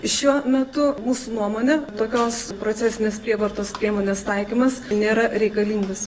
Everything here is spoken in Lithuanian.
šiuo metu mūsų nuomone tokios procesinės prievartos priemonės taikymas nėra reikalingas